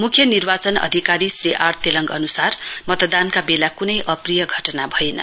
मुख्य निर्वाचन अधिकारी श्री आर तेलङ्ग अनुसार मतदानका बेला कुनै अप्रिय घटना भएन